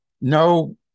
no